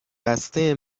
بسته